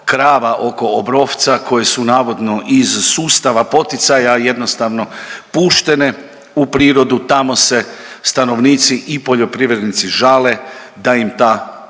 krava oko Obrovca koje su navodno iz sustava poticaja jednostavno puštene u prirodu. Tamo se stanovnici i poljoprivrednici žale da im ta goveda,